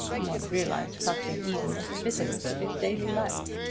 one realized something, even, of the bitterness of his daily life.